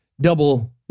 double